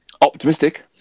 Optimistic